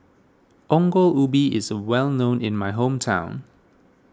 Ongol Ubi is well known in my hometown